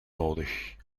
nodig